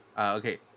Okay